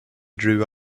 drew